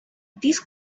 this